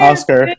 Oscar